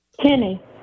Kenny